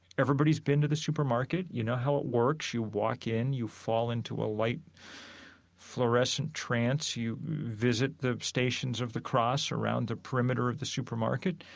everybody's been to the supermarket. you know how it works. you walk in, you fall into a light fluorescent trance. you visit the stations of the cross around the perimeter of the supermarket.